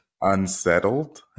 unsettled